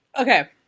Okay